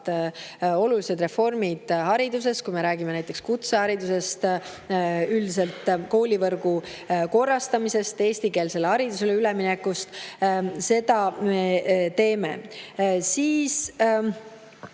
Olulised reformid on hariduses, kui me räägime kutseharidusest, üldiselt koolivõrgu korrastamisest, eestikeelsele haridusele üleminekust – seda me teeme.